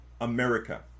America